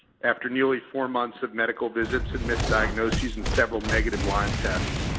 after nearly four months of medical visits and misdiagnoses and several negative lyme tests,